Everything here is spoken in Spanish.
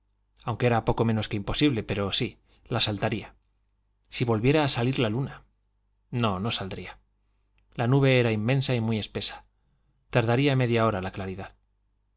aunque era poco menos que imposible pero sí la saltaría si volviera a salir la luna no no saldría la nube era inmensa y muy espesa tardaría media hora la claridad